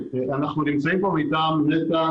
אנחנו נמצאים מטעם נת"ע,